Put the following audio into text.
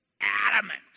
adamant